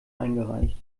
eingereicht